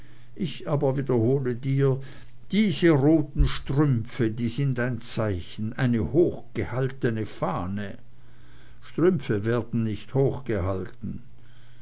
ich aber wiederhole dir diese roten strümpfe die sind ein zeichen eine hochgehaltene fahne strümpfe werden nicht hochgehalten